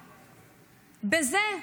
בזה,